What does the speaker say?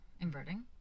inverting